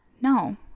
no